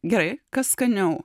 gerai kas skaniau